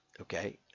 okay